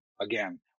Again